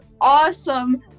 awesome